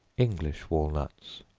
english walnuts.